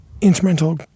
instrumental